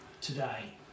today